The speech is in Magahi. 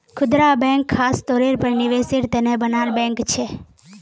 खुदरा बैंक ख़ास तौरेर पर निवेसेर तने बनाल बैंक छे